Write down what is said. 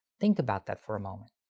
think about that for a moment.